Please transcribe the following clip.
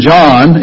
John